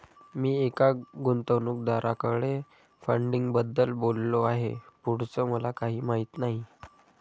मी एका गुंतवणूकदाराकडे फंडिंगबद्दल बोललो आहे, पुढचं मला काही माहित नाही